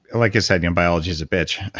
and like you said, biology's a bitch.